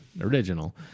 original